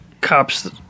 cops